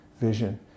vision